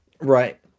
Right